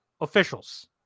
officials